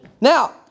Now